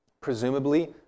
Presumably